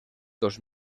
dos